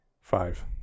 five